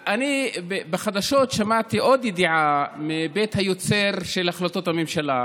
בחדשות שמעתי עוד ידיעה מבית היוצר של החלטות הממשלה,